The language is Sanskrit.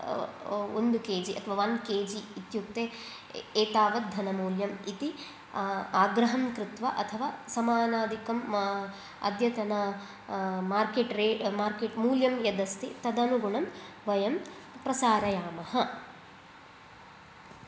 ओन्नु के जि अथवा ओन् के जि इत्युक्ते एतावत् धनमूल्यम् इति आग्रहं कृत्वा अथवा समानादिकं अद्यतन मार्केट् रेट् मार्केट् मूल्यं यदस्ति तदनुगुणं वयं प्रसारयामः